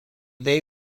they